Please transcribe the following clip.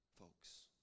Folks